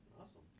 Awesome